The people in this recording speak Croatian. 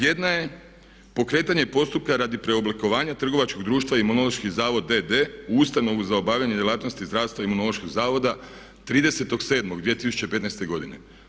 Jedna je pokretanje postupka radi preoblikovanja trgovačkog društva Imunološki zavod d.d. u ustanovu za obavljanje djelatnosti zdravstva Imunološkog zavoda 30.7.2015. godine.